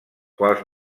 quals